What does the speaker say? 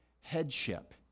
headship